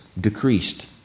decreased